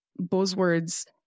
buzzwords